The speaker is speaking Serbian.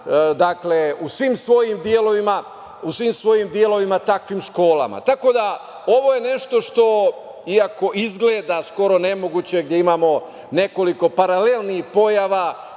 u svim svojim delovima takvim školama. Ovo je nešto što, iako izgleda skoro nemoguće, gde imamo nekoliko paralelnih pojava,